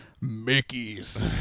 Mickey's